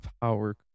power